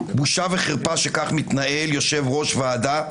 בושה וחרפה שכך מתנהל יושב-ראש ועדה.